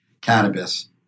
cannabis –